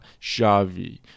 Xavi